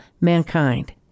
mankind